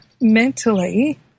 mentally